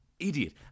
idiot